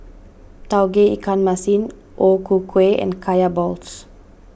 Tauge Ikan Masin O Ku Kueh and Kaya Balls